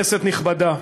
נכבדה,